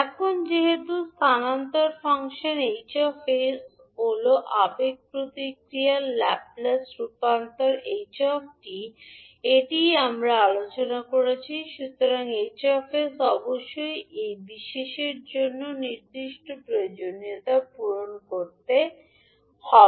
এখন যেহেতু স্থানান্তর ফাংশন 𝐻 𝑠 হল আবেগ প্রতিক্রিয়ার ল্যাপ্লেস রূপান্তর ℎ 𝑡 এটিই আমরা আলোচনা করেছি সুতরাং 𝐻 𝑠 অবশ্যই এই বিশেষের জন্য নির্দিষ্ট প্রয়োজনীয়তা পূরণ করতে হবে সমীকরণ রাখা